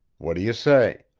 what do you say?